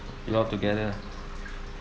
we all together